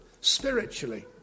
spiritually